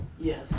Yes